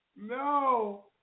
No